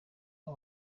aba